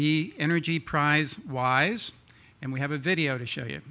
the energy price wise and we have a video to show you